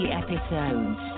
episodes